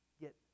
get